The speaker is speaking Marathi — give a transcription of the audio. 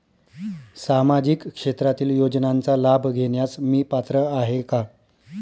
सामाजिक क्षेत्रातील योजनांचा लाभ घेण्यास मी पात्र आहे का?